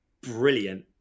brilliant